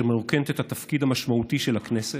שמרוקנת את התפקיד המשמעותי של הכנסת.